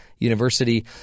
university